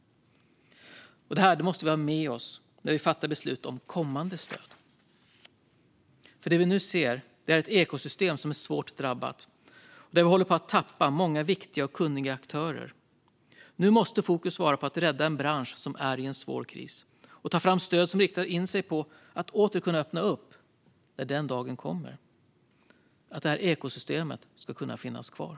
Det här måste vi ha med oss när vi fattar beslut om kommande stöd. Det vi nu ser är ett ekosystem som är svårt drabbat och där vi håller på att tappa många viktiga och kunniga aktörer. Nu måste fokus vara på att rädda en bransch som är i en svår kris och ta fram stöd som riktar in sig på att åter kunna öppna upp när den dagen kommer. Ekosystemet måste finnas kvar.